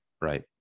right